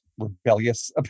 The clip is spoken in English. rebellious